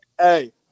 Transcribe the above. Hey